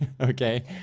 okay